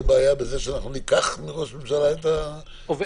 בעיה בזה שאנחנו ניקח מראש הממשלה את הסמכות.